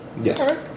Yes